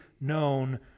known